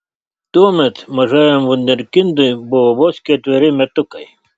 tuomet mažajam vunderkindui buvo vos ketveri metukai